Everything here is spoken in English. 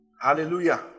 Hallelujah